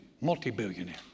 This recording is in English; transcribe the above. multi-billionaire